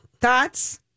Thoughts